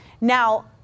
Now